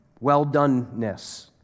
well-doneness